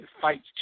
fights